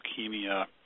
leukemia